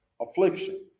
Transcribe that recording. affliction